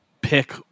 pick